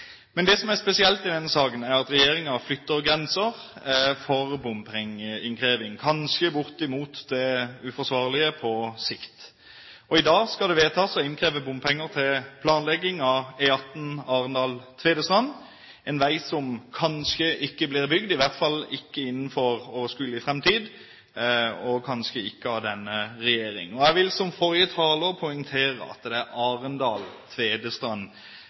Men det som er spesielt i denne saken, er at regjeringen flytter grenser for bompengeinnkreving – på sikt kanskje bortimot det uforsvarlige. I dag skal det vedtas å innkreve bompenger til planlegging av E18, Arendal–Tvedestrand, en vei som kanskje ikke blir bygd innen overskuelig framtid, og kanskje ikke av denne regjering. Jeg vil, som forrige taler, poengtere at det er